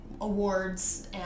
awards